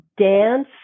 dance